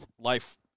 life